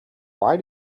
why